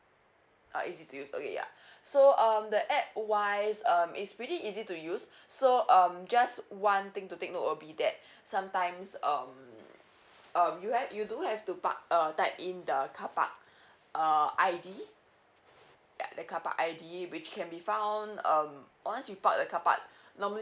uh easy to use okay yeah so um the A_P_P wise um it's really easy to use so um just one thing to take note will be that sometimes um um you have you do have to park um type in the carpark uh I_D ya the carpark I_D which can be found um once you park the carpark normally